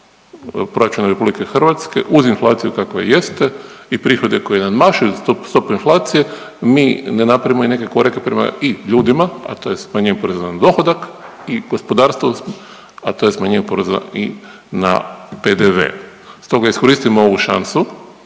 proračun Republike Hrvatske uz inflaciju kakva jeste i prihode koji nadmašuju stopu inflacije mi ne napravimo i neke korake prema i ljudima, a to je smanjenje poreza na dohodak i gospodarstvo, a to je smanjenje poreza i na PDV. Stoga iskoristimo ovu šansu